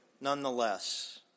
nonetheless